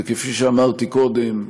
כפי שאמרתי קודם,